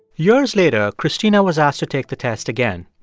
years later, christina was asked to take the test again.